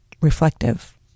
reflective